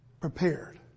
Prepared